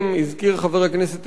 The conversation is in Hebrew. הזכיר חבר הכנסת אלדד,